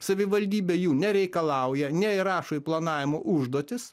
savivaldybė jų nereikalauja neįrašo į planavimo užduotis